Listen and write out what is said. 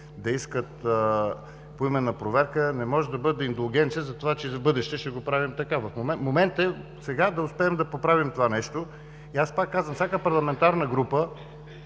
да искат поименна проверка, не може да бъде индулгенция, че и в бъдеще ще го правим така. Моментът е сега да поправим това нещо и аз пак казвам, всяка парламентарна група